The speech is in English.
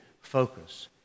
focus